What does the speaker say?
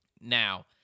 Now